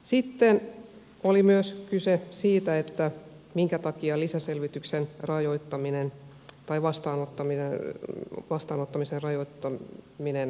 sitten oli myös kysymys siitä minkä takia lisäselvityksen vastaanottamisen rajoittaminen tehdään niin että se rajoitetaan tähän ratkaisupäivään